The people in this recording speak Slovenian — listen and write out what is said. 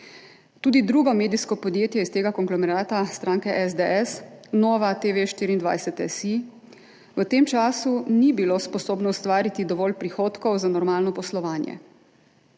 Tudi drugo medijsko podjetje iz tega konglomerata stranke SDS, NovaTV24.si, v tem času ni bilo sposobno ustvariti dovolj prihodkov za normalno poslovanje,